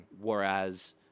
whereas